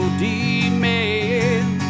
demand